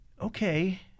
Okay